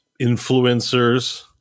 influencers